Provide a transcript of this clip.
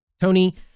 Tony